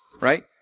right